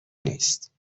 نیست